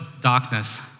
darkness